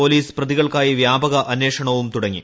police പ്രതികൾക്കായി വ്യാപക അന്വേഷണം തുടങ്ങി